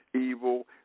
evil